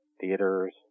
theaters